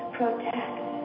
protect